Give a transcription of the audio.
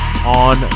on